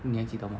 你还记得吗